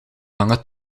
lange